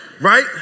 Right